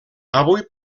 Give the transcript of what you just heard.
avui